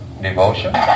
devotion